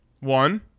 one